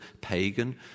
pagan